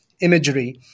imagery